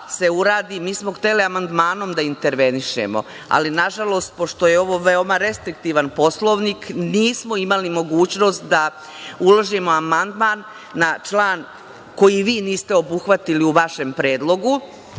mi smo hteli amandmanom da intervenišemo, ali nažalost pošto je ovo veoma restriktivan Poslovnik, nismo imali mogućnost da uložimo amandman na član koji vi niste obuhvatili u vašem predlogu.